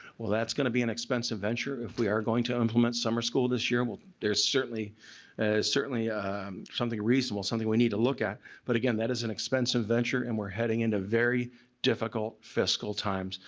well that's going to be an expensive venture if we are going to implement summer school this year. while there's certainly certainly something reasonable, something we need to look at but again that is an expensive venture and we're heading into very difficult fiscal times.